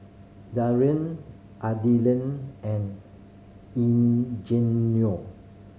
Darien Adilene and Eugenio